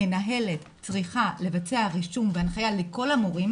המנהלת צריכה לבצע רישום והנחיה לכל המורים